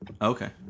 Okay